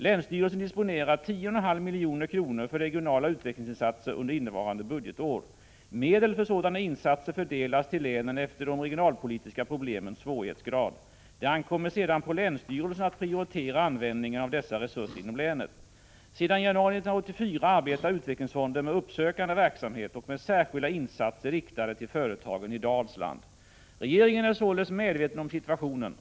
Länsstyrelsen disponerar 10,5 milj.kr. för regionala utvecklingsinsatser under innevarande budgetår. Medel för sådana insatser fördelas till länen efter de regionalpolitiska problemens svårighetsgrad. Det ankommer sedan på länsstyrelsen att prioritera användningen av dessa resurser inom länet. Sedan januari 1984 arbetar utvecklingsfonden med uppsökande verksamhet och med särskilda insatser riktade till företagen i Dalsland. Regeringen är således medveten om situationen.